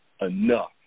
enough